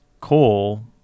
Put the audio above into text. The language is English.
coal